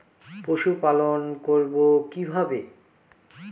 পশুপালন করব কিভাবে?